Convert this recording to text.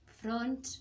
front